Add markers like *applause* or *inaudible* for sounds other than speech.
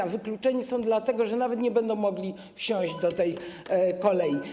A wykluczeni są dlatego, że nawet nie będą mogli wsiąść do *noise* tej kolei.